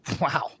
Wow